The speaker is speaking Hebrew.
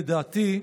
לדעתי,